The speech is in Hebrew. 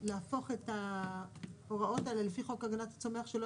להפוך את ההוראות האלו לפי חוק הגנת הצומח כך שלא